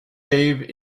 aviv